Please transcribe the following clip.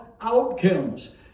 outcomes